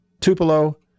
Tupelo